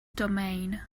domain